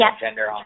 gender